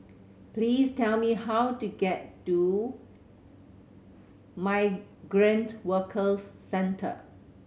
please tell me how to get to Migrant Workers Centre